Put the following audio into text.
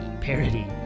Parody